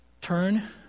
turn